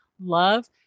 love